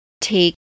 take